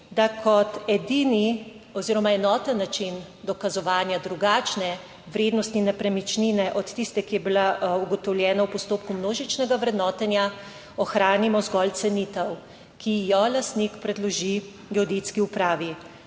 da kot edini oziroma enoten način dokazovanja drugačne vrednosti nepremičnine od tiste, ki je bila ugotovljena v postopku množičnega vrednotenja, ohranimo zgolj cenitev, **62. TRAK: (TB) - 14.05**